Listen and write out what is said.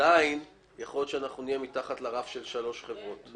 עדיין יכול להיות שנהיה מתחת לרף של שלוש חברות,